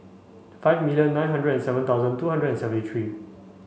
five million nine hundred seven thousand two hundred and seventy three